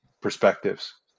perspectives